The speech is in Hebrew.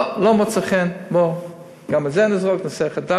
לא, לא מוצא חן, לא, גם את זה נזרוק, נעשה חדשה.